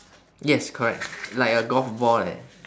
yes correct like a golf ball like that